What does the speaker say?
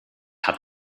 hat